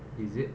is it